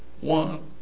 one